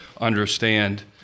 understand